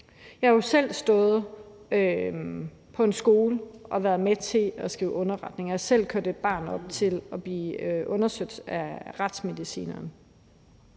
Jeg har jo selv stået på en skole og været med til at skrive underretninger, og jeg har selv kørt et barn op til at blive undersøgt af retsmedicineren,